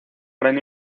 gran